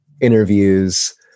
interviews